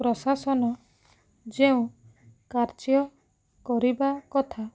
ପ୍ରଶାସନ ଯେଉଁ କାର୍ଯ୍ୟ କରିବା କଥା